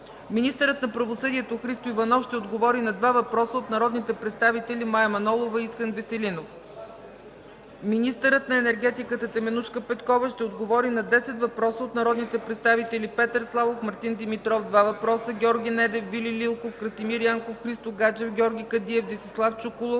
министърът на правосъдието Христо Иванов ще отговори на два въпроса от народните представители Мая Манолова, и Искрен Веселинов; – министърът на енергетиката Теменужка Петкова ще отговори на 10 въпроса от народните представители Петър Славов, Мартин Димитров – два въпроса, Георги Недев, Вили Лилков, Красимир Янков, Христо Гаджев, Георги Кадиев, Десислав Чуколов,